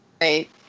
right